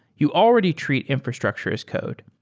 you already treat infrastructure as code.